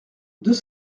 deux